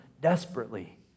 desperately